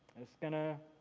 just gonna